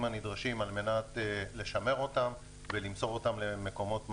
הנדרשים על מנת לשמר אותם ולמסור אותם למקומות מתאימים.